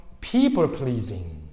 people-pleasing